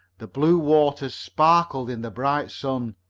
the blue waters sparkled in the bright sun,